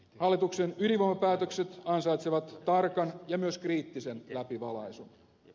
hallituksen ydinvoimapäätökset ansaitsevat tarkan ja myös kriittisen läpivalaisun